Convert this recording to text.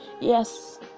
Yes